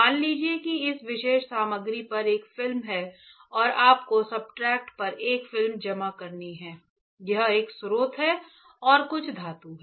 मान लीजिए कि इस विशेष सामग्री पर एक फिल्म है और आपको सब्सट्रेट पर एक फिल्म जमा करनी है यह एक स्रोत है और कुछ धातु है